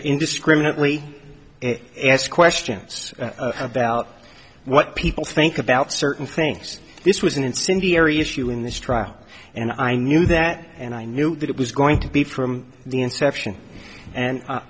indiscriminately ask questions about what people think about certain things this was an incendiary issue in this trial and i knew that and i knew that it was going to be from the inception and